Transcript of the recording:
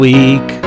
Week